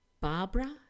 Barbara